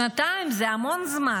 שנתיים זה המון זמן,